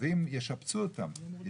ואם ישפצו אותן,